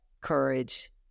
courage